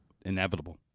Inevitable